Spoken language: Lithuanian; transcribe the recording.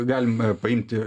galime paimti